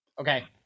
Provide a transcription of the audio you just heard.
Okay